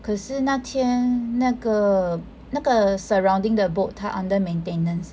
可是那天那个那个 surrounding the boat 他 under maintenance